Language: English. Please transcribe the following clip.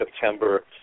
September